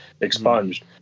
expunged